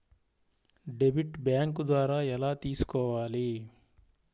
Debit bank ద్వారా ఎలా తీసుకోవాలి?